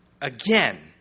again